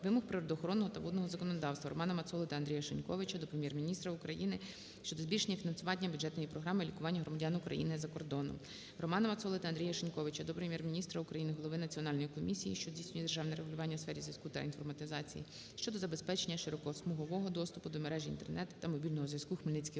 вимог природоохоронного та водного законодавства. РоманаМацоли та Андрія Шиньковича до Прем'єр-міністра України щодо збільшення фінансування бюджетної програми "Лікування громадян України за кордоном". РоманаМацоли та Андрія Шиньковича до Прем'єр-міністра України, голови Національної комісії, що здійснює державне регулювання у сфері зв'язку та інформатизації щодо забезпечення широкосмугового доступу до мережі Інтернет та мобільного зв'язку в Хмельницькій області.